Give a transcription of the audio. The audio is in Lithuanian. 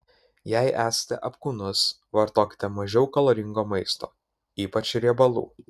jei esate apkūnus vartokite mažiau kaloringo maisto ypač riebalų